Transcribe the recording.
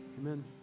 amen